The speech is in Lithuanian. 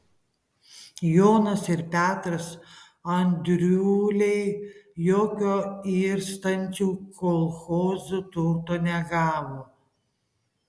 jonas ir petras andriuliai jokio irstančių kolchozų turto negavo